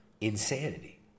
insanity